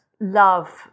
love